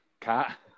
cat